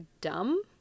dumb